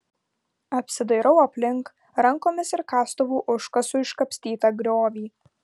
apsidairau aplink rankomis ir kastuvu užkasu iškapstytą griovį